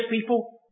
people